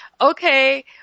Okay